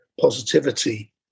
positivity